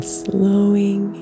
slowing